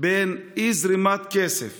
בין אי-זרימת כסף